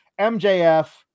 MJF